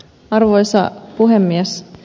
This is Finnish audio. arvoisa puhemies